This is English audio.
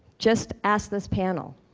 just ask this panel